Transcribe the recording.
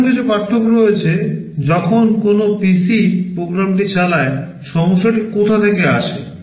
এখনও কিছু পার্থক্য আছে যখন কোনও PC প্রোগ্রামটি চালায় সমস্যাটি কোথা থেকে আসে